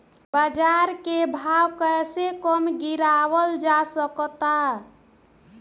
बाज़ार के भाव कैसे कम गीरावल जा सकता?